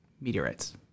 meteorites